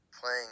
playing